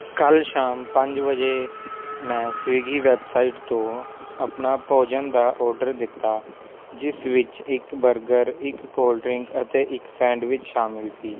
ਕੱਲ੍ਹ ਸ਼ਾਮ ਪੰਜ ਵਜੇ ਮੈਂ ਸਵੀਗੀ ਵੈੱਬਸਾਈਟ ਤੋਂ ਆਪਣਾ ਭੋਜਨ ਦਾ ਆਰਡਰ ਦਿੱਤਾ ਜਿਸ ਵਿੱਚ ਇੱਕ ਬਰਗਰ ਇੱਕ ਕੋਲਡ ਡਰਿੰਕ ਅਤੇ ਇੱਕ ਸੈਂਡਵਿਚ ਸ਼ਾਮਿਲ ਸੀ